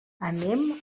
anem